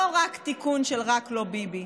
לא רק תיקון של "רק לא ביבי"